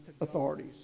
authorities